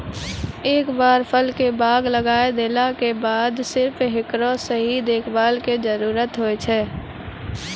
एक बार फल के बाग लगाय देला के बाद सिर्फ हेकरो सही देखभाल के जरूरत होय छै